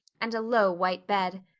and a low white bed.